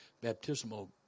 baptismal